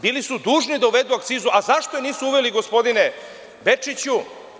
Bili su dužni da uvedu akcizu, a zašto je nisu uveli, gospodine Bečiću?